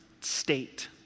state